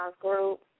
group